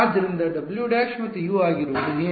ಆದ್ದರಿಂದ W ′ ಮತ್ತು U ಆಗಿರುವುದು ಏನು